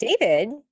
David